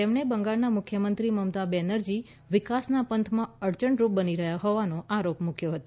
તેમણે બંગાળના મુખ્યમંત્રી મમતા બેનરજી વિકાસના પંથમાં અડચણ રૂપ બની રહ્યા હોવાનો આરોપ મુક્યો હતો